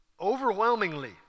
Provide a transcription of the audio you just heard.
overwhelmingly